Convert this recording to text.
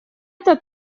это